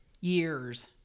Years